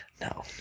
No